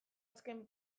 azken